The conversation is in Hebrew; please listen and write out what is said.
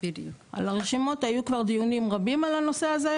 על הרשימות היו כבר דיונים רבים על הנושא הזה,